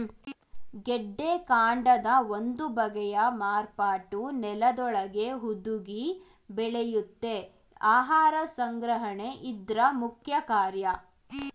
ಗೆಡ್ಡೆಕಾಂಡದ ಒಂದು ಬಗೆಯ ಮಾರ್ಪಾಟು ನೆಲದೊಳಗೇ ಹುದುಗಿ ಬೆಳೆಯುತ್ತೆ ಆಹಾರ ಸಂಗ್ರಹಣೆ ಇದ್ರ ಮುಖ್ಯಕಾರ್ಯ